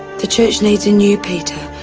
the church needs a new peter,